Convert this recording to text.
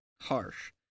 harsh